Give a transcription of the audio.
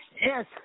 Yes